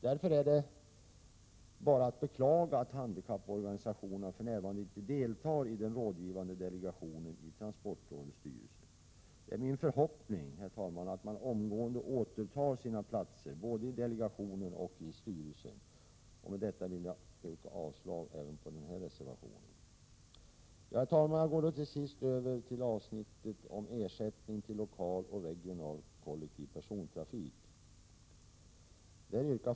Därför är det bara att beklaga att handikapporganisationerna för närvarande inte deltar i den rådgivande delegationen och i transportrådets styrelse. Det är min förhoppning att man omgående återtar sina platser både i delegationen och i styrelsen. Med detta vill jag yrka avslag även på denna reservation. Herr talman! Jag går till sist över till avsnittet om ersättning till lokal och regional kollektiv persontrafik.